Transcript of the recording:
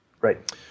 Right